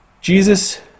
Jesus